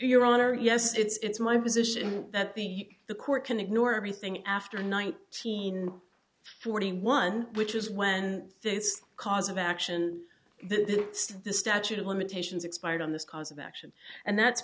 honor yes it's my position that the the court can ignore everything after night scene forty one which is when this cause of action then the statute of limitations expired on this cause of action and that's